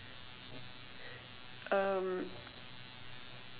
um